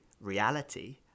reality